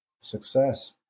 success